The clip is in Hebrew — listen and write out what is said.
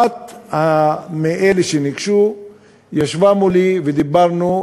אחת מאלה שניגשו ישבה מולי ודיברנו.